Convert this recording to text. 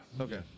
Okay